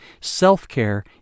Self-care